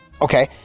okay